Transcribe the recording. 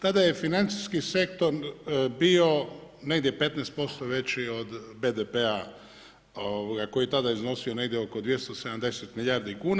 Tada je financijski sektor bio negdje 15% veći od BDP-a koji je tada iznosio negdje oko 270 milijardi kuna.